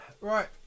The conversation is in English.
Right